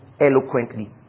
eloquently